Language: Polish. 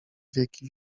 wieki